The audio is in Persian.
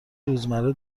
روزمره